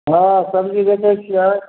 हँ सब्जी बेचै छियै